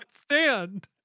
stand